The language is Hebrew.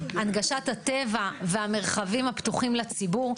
גם הנגשת הטבע והמרחבים הפתוחים לציבור.